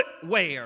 footwear